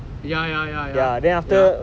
ya ya ya ya